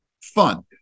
fun